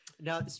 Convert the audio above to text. Now